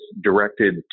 directed